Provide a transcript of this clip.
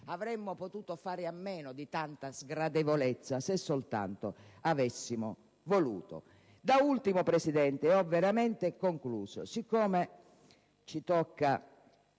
avremmo potuto fare a meno di tanta sgradevolezza, se soltanto avessimo voluto. Da ultimo, Presidente, siccome ci tocca